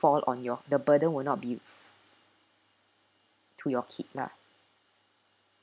fall on your the burden will not be to your kid lah